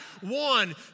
One